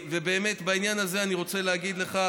ובאמת בעניין הזה אני רוצה להגיד לך,